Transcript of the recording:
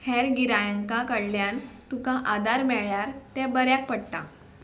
हेर गिरायंका कडल्यान तुका आदार मेळ्ळ्यार तें बऱ्याक पडटा